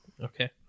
Okay